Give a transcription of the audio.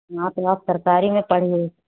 हाँ तो आप सरकारी में पढ़िए